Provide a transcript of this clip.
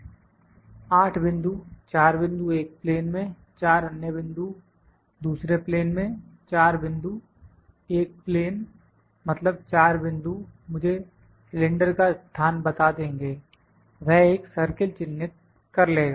8 बिंदु 4 बिंदु एक प्लेन में 4 अन्य बिंदु दूसरे प्लेन में 4 बिंदु एक प्लेन मतलब 4 बिंदु मुझे सिलेंडर का स्थान बता देंगे वह एक सर्किल चिन्हित कर लेगा